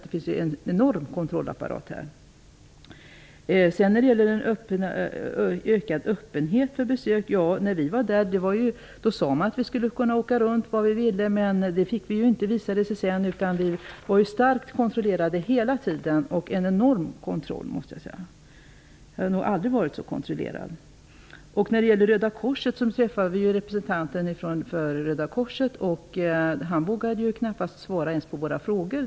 Det finns en enorm kontrollapparat här. Sedan talades det om ökad öppenhet för besök. När vi var där sade man att vi skulle kunna åka runt var vi ville, men det visade sig sedan att vi inte fick det. Vi var ju starkt kontrollerade hela tiden. Det var en enorm kontroll. Jag har nog aldrig varit så kontrollerad tidigare. Vi träffade representanten för Röda korset, och han vågade knappast svara ens på våra frågor.